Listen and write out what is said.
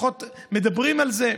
פחות מדברים על זה.